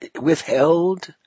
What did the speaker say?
withheld